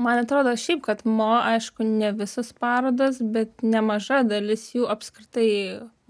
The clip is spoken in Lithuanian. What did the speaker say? man atrodo šiaip kad mo aišku ne visas parodas bet nemaža dalis jų apskritai